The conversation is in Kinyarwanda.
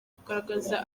kugaragaza